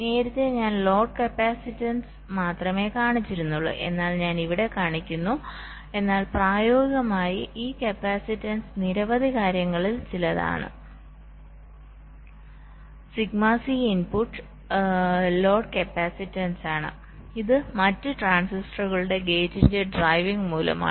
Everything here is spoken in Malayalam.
നേരത്തെ ഞാൻ ലോഡ് കപ്പാസിറ്റൻസ് മാത്രമേ കാണിച്ചിരുന്നുള്ളൂ എന്ന് ഞാൻ ഇവിടെ കാണിക്കുന്നു എന്നാൽ പ്രായോഗികമായി ഈ കപ്പാസിറ്റൻസ് നിരവധി കാര്യങ്ങളിൽ ചിലതാണ് sigma C input load capacitance ആണ് ഇത് മറ്റ് ട്രാൻസിസ്റ്ററുകളുടെ ഗേറ്റിന്റെ ഡ്രൈവിംഗ് മൂലമാണ്